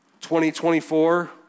2024